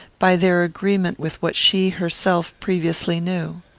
by their agreement with what she herself previously knew.